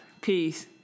Peace